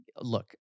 Look